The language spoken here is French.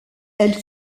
elle